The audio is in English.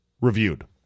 reviewed